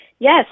Yes